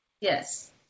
Yes